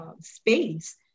space